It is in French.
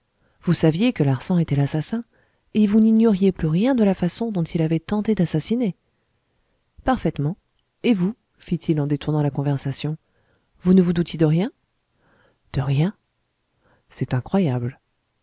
vous saviez que larsan était l'assassin et vous n'ignoriez plus rien de la façon dont il avait tenté d'assassiner parfaitement et vous fit-il en détournant la conversation vous ne vous doutiez de rien de rien c'est incroyable